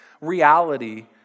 reality